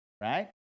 Right